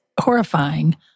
horrifying